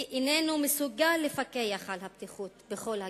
אינו מסוגל לפקח על הבטיחות בכל הגנים.